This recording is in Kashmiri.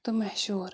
تہٕ مشہوٗر